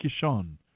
Kishon